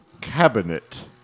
cabinet